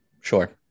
sure